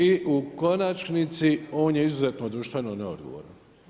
I u konačnici on je izuzetno društveno neodgovoran.